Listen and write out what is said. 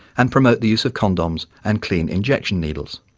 and promote the use of condoms and clean injection needles.